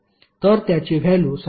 तर त्याची व्हॅल्यु 17